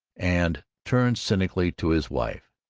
and turned cynically to his wife.